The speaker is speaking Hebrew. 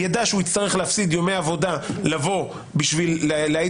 הוא ידע שהוא צריך להפסיד ימי עבודה לבוא בשביל להעיד